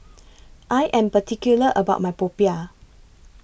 I Am particular about My Popiah